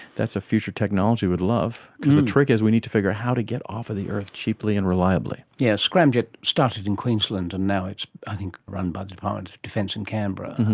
that's a future technology we'd love because the trick is we need to figure how to get off of the earth cheaply and reliably. yes, scramjet started in queensland and now it's i think run by the department of defence in canberra. and